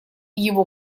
его